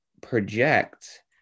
project